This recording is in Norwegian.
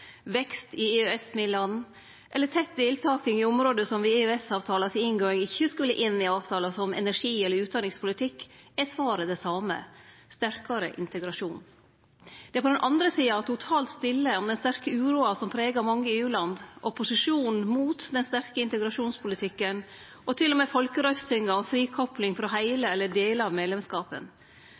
vekst i EØS-midlane eller tett deltaking i område som ved inngåinga av EØS-avtalen ikkje skulle inn i avtalen, som energi- eller utanrikspolitikk, er svaret det same: sterkare integrasjon. Det er på den andre sida totalt stille om den sterke uroa som pregar mange EU-land, opposisjonen mot den sterke integrasjonspolitikken og til og med folkerøystingar om frikopling frå heile eller delar av medlemskapen.